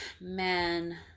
man